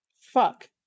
fuck